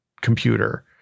computer